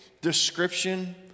description